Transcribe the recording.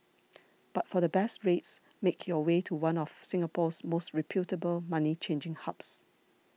but for the best rates make your way to one of Singapore's most reputable money changing hubs